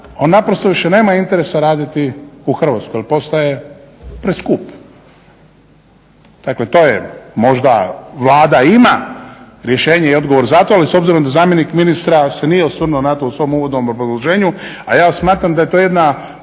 on naprosto više nema interesa raditi u Hrvatskoj jer postaje preskup. Dakle, to je, možda Vlada ima rješenje i odgovor za to, ali s obzirom da zamjenik ministra se nije osvrnuo na to u svom uvodnom obrazloženju a ja smatram da je to jedna